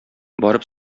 барып